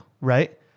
right